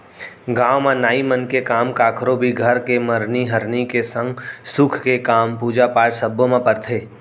गाँव म नाई मन के काम कखरो भी घर के मरनी हरनी के संग सुख के काम, पूजा पाठ सब्बो म परथे